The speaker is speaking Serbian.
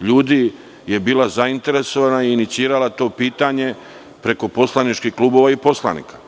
ljudi je bila zainteresovana i inicirala to pitanje preko poslaničkih klubova i poslanika. Dakle,